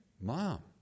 mom